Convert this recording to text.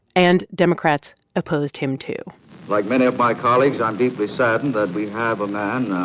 and democrats opposed him, too like many of my colleagues, i'm deeply saddened that we have a man